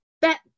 Bet